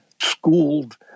schooled